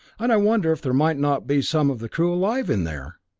and i wonder if there might not be some of the crew alive in there?